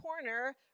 corner